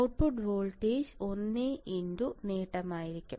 output voltage 1 നേട്ടമായിരിക്കും